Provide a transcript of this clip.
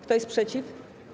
Kto jest przeciw?